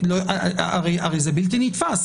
הרי זה בלתי נתפס.